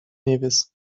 nevis